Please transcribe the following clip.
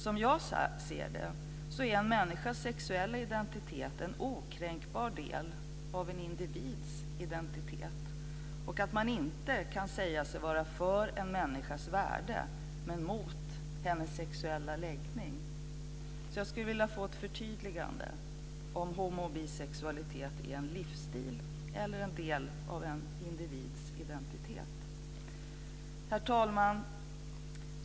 Som jag ser det är en människas sexuella identitet en okränkbar del av en individs identitet, och man kan inte säga sig vara för en människas värde men mot hennes sexuella läggning. Jag skulle vilja få ett förtydligande om homo och bisexualitet är en livsstil eller en del av en individs identitet. Herr talman!